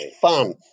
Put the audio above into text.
fun